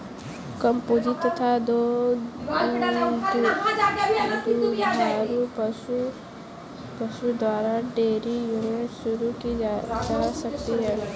कम पूंजी तथा दो दुधारू पशु द्वारा डेयरी यूनिट शुरू की जा सकती है